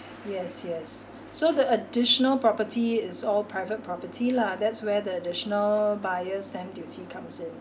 yes yes so the additional property is all private property lah that's where the additional buyer's stamp duty comes in